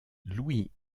louis